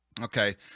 Okay